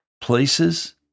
places